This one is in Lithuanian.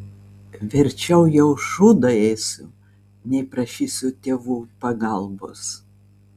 verčiau jau šūdą ėsiu nei prašysiu tėvų pagalbos